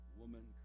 woman